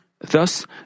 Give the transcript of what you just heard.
Thus